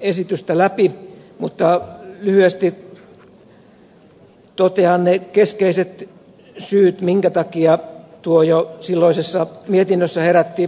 esitystä läpi mutta lyhyesti totean ne keskeiset syyt minkä takia tuo jo silloisessa mietinnössä herätti kritiikkiä